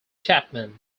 chapman